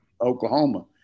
Oklahoma